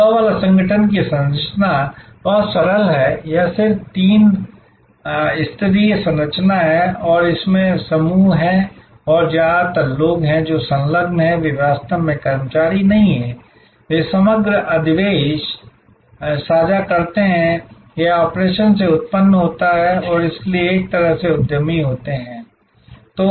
डब्बावाला संगठन की संरचना बहुत सरल है यह सिर्फ साधारण तीन स्तरीय संरचना है और इसमें समूह हैं और ज्यादातर लोग हैं जो संलग्न हैं वे वास्तव में कर्मचारी नहीं हैं वे समग्र अधिशेष साझा करते हैं यह ऑपरेशन से उत्पन्न होता है और इसलिए एक तरह से वे उद्यमी होते हैं